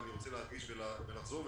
ואני רוצה להדגיש ולחזור ולומר,